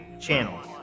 channels